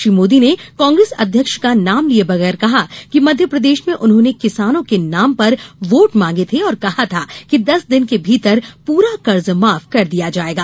श्री मोदी ने कांग्रेस अध्यक्ष का नाम लिये बगैर कहा कि मध्यप्रदेश में उन्होंने किसानों के नाम पर वोट मांगे थे और कहा था कि दस दिन के भीतर पूरा कर्ज माफ कर दिया जायेगा